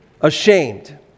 ashamed